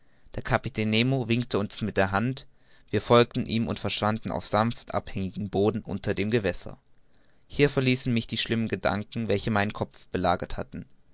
der kapitän nemo winkte uns mit der hand wir folgten ihm und verschwanden auf sanft abhängigem boden unter dem gewässer hier verließen mich die schlimmen gedanken welche meinen kopf belagert hatten